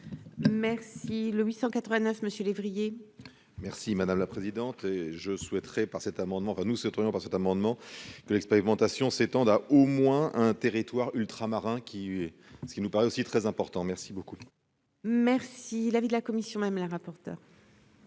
Merci le 889 monsieur lévrier. Merci madame la présidente, et je souhaiterais par cet amendement va nous c'est par cet amendement que l'expérimentation s'étendent à au moins un territoire ultramarin, qui est ce qui nous paraît aussi très important merci beaucoup. Merci l'avis de la commission, même la rapporteure.